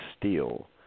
Steel